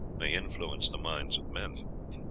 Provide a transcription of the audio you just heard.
may influence the minds of men.